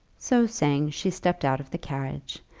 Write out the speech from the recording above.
so saying, she stepped out of the carriage,